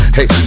Hey